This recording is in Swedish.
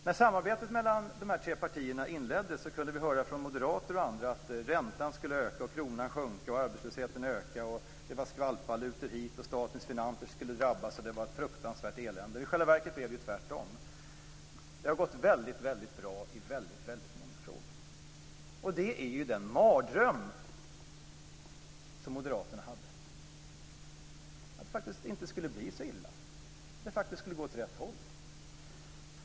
När samarbetet mellan de tre partierna inleddes kunde vi höra från moderater och andra att räntan skulle höjas, kronan sjunka och arbetslösheten öka. Det talades om skvalpvalutor och att statens finanser skulle drabbas, och det var ett fruktansvärt elände. I själva verket blev det tvärtom. Det har gått väldigt bra i väldigt många frågor. Det är den mardröm som moderaterna hade, att det inte skulle bli så illa, att det skulle gå åt rätt håll.